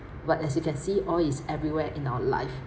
but as you can see oil is everywhere in our life